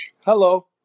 Hello